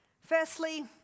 Firstly